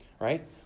right